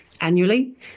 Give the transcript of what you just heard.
annually